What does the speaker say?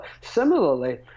Similarly